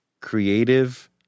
Creative